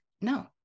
no